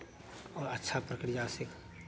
और अच्छा प्रक्रिया से